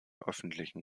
öffentlichen